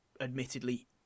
admittedly